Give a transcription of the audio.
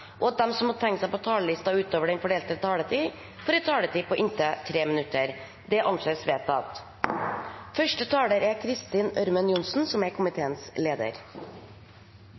og at dei som måtte teikna seg på talarlista utover den fordelte taletida, får ei taletid på inntil 3 minutt. – Det er